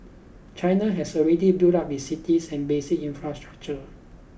China has already built up its cities and basic infrastructure